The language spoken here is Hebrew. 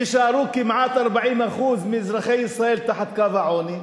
יישארו כמעט 40% מאזרחי ישראל מתחת לקו העוני,